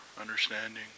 understanding